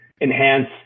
enhance